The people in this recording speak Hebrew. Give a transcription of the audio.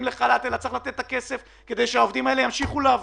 לחל"ת אלא צריך לתת את הכסף כדי שהעובדים האלה ימשיכו לעבוד,